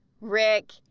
Rick